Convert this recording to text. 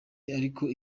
ariko